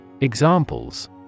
Examples